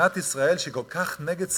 שמדינת ישראל, שכל כך נגד סקטורים,